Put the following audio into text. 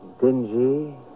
Dingy